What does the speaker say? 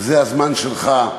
וזה הזמן שלך,